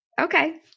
Okay